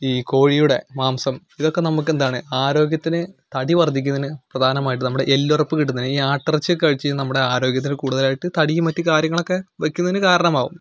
ഈ കോഴിയുടെ മാംസം ഇതൊക്കെ നമുക്ക് എന്താണ് ആരോഗ്യത്തിന് തടി വർദ്ധിക്കുന്നതിന് പ്രധാനമായിട്ടും നമ്മുടെ എല്ലുറപ്പ് കിട്ടുന്നതിനും ഈ ആട്ടിറച്ചി ഒക്കെ കഴിച്ച് കഴിഞ്ഞാൽ നമ്മുടെ ആരോഗ്യത്തിന് കൂടുതലായിട്ട് തടിയും മറ്റ് കാര്യങ്ങളൊക്കെ വയ്ക്കുന്നതിന് കാരണമാവും